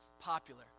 popular